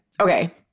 okay